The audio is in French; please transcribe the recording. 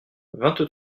vingt